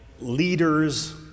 leaders